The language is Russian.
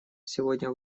сегодня